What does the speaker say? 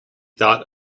thought